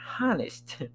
honest